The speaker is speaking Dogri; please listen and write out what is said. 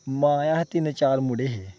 महाराज अहें तिन्न चार मुड़े हे